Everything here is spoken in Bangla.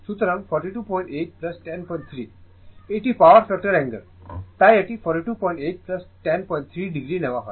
সুতরাং 428 103 এটি পাওয়ার ফ্যাক্টর অ্যাঙ্গেল তাই এটি 428 103o নেওয়া হয়